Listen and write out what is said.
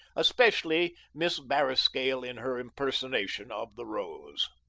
especially miss barriscale in her impersonation of the rose.